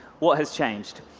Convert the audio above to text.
what has changed?